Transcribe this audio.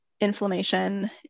inflammation